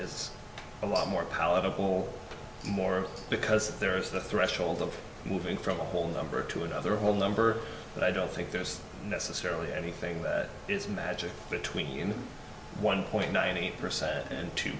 is a lot more palatable more because there is the threshold of moving from a whole number to another whole number but i don't think there's necessarily anything that is magic between one point nine eight percent and two